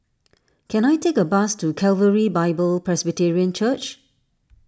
can I take a bus to Calvary Bible Presbyterian Church